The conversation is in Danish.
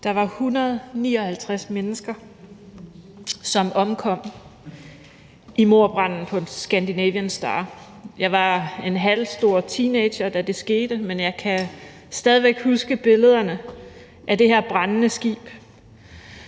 Der var 159 mennesker, som omkom i mordbranden på »Scandinavian Star«. Jeg var en halvstor teenager, da det skete, men jeg kan stadig væk huske billederne af det her brændende skib.